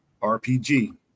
RPG